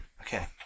Okay